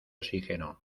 oxígeno